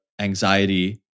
anxiety